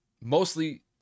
Mostly